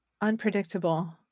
unpredictable